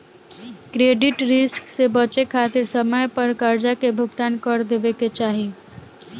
credit risk से बचे खातिर समय पर करजा के भुगतान कर देवे के चाही